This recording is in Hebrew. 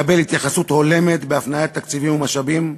מקבל התייחסות הולמת בהפניית תקציבים ומשאבים?